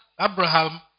Abraham